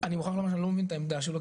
ואני מוכרח לומר שאני לא מבין את העמדה שלו,